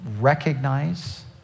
recognize